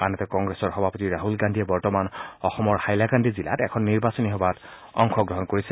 আনহাতে কংগ্ৰেছৰ সভাপতি ৰাহুল গান্ধীয়ে বৰ্তমান অসমৰ হাইলাকান্দি জিলাত এখন নিৰ্বাচনী সভাত অংশগ্ৰহণ কৰিছে